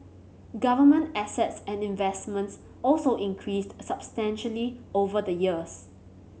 government assets and investments also increased substantially over the years